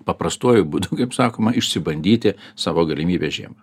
paprastuoju būdu kaip sakoma išsibandyti savo galimybes žiemą